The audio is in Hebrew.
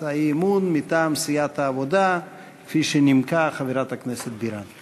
האי-אמון מטעם סיעת העבודה כפי שנימקה חברת הכנסת בירן.